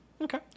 Okay